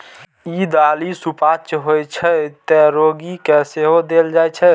ई दालि सुपाच्य होइ छै, तें रोगी कें सेहो देल जाइ छै